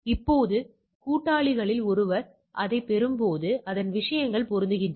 இப்போது கூட்டாளிகளில் ஒருவர் இதை பெறும்போது அதன் விஷயங்கள் பொருந்துகின்றன